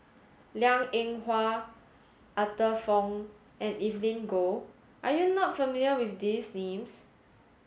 Liang Eng Hwa Arthur Fong and Evelyn Goh are you not familiar with these names